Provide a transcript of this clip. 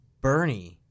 Bernie